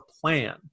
plan